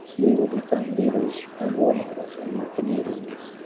you will become leaders and role models in your communities.